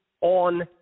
on